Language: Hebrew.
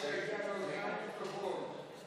היושב-ראש, נורא קשה לעלות אחרי אורית